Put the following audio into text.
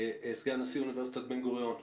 סגן נשיא אוניברסיטת בן גוריון.